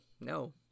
no